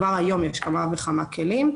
ולמעשה כבר היום יש כמה וכמה כלים,